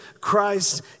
Christ